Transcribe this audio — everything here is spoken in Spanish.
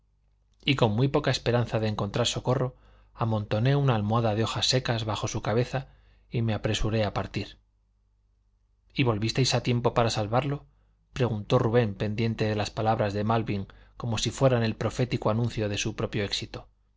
y con muy poca esperanza de encontrar socorro amontoné una almohada de hojas secas bajo su cabeza y me apresuré a partir y volvisteis a tiempo para salvarlo preguntó rubén pendiente de las palabras de malvin como si fueran el profético anuncio de su propio éxito